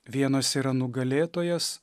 vienas yra nugalėtojas